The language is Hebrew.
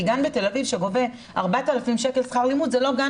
כי גן בתל אביב שגובה 4,000 שקלים שכר לימוד זה לא גן